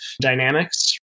dynamics